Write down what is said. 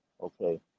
okay